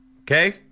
okay